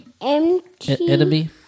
enemy